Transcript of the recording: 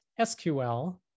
SQL